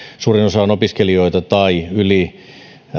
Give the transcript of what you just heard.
suurin osa on opiskelijoita tai yli